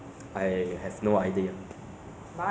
but I think most of them will choose ah N_S first de